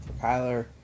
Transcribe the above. Kyler